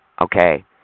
okay